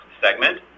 segment